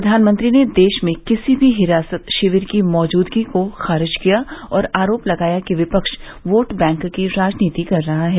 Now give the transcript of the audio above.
प्रधानमंत्री ने देश में किसी भी हिरासत शिविर की मौजूदगी को खारिज किया और आरोप लगाया कि विपक्ष योट बैंक की राजनीति कर रहा है